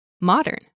modern